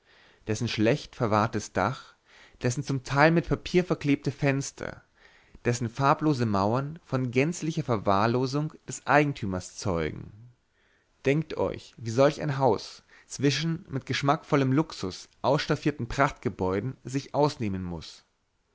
dessen schlecht verwahrtes dach dessen zum teil mit papier verklebte fenster dessen farblose mauern von gänzlicher verwahrlosung des eigentümers zeugen denkt euch wie solch ein haus zwischen mit geschmackvollem luxus ausstaffierten prachtgebäuden sich ausnehmen muß